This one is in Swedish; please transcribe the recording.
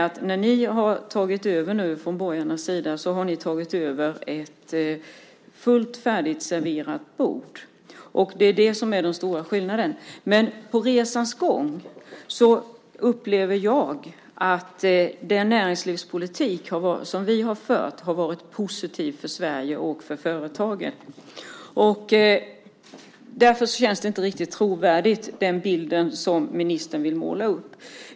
Skillnaden är att ni från borgarnas sida nu har tagit över ett fullt färdigt serverat bord. Det är det som är den stora skillnaden. Under resans gång upplever jag att den näringslivspolitik som vi har fört har varit positiv för Sverige och för företagen. Därför känns den bild som ministern målar upp inte riktigt trovärdig.